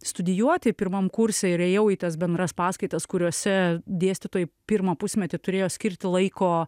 studijuoti pirmam kurse ir ėjau į tas bendras paskaitas kuriose dėstytojai pirmą pusmetį turėjo skirti laiko